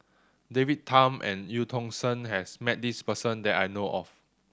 David Tham and Eu Tong Sen has met this person that I know of